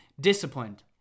disciplined